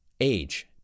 Age